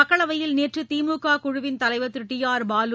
மக்களவையில் நேற்று திமுக குழுவின் தலைவர் திரு டி ஆர் பாலு